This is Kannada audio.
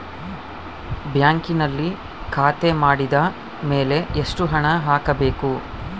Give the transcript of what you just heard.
ಬ್ಯಾಂಕಿನಲ್ಲಿ ಖಾತೆ ಮಾಡಿದ ಮೇಲೆ ಎಷ್ಟು ಹಣ ಹಾಕಬೇಕು?